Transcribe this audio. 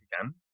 again